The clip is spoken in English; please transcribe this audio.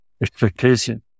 expectation